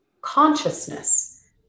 consciousness